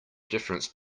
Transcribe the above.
difference